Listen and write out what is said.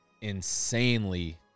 insanely